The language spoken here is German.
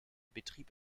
betrieb